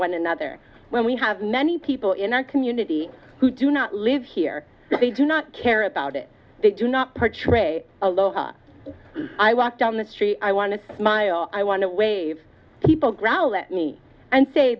one another when we have many people in our community who do not live here they do not care about it they do not purchase re aloha i walk down the street i want to smile i want to wave people growl at me and say